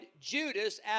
Judas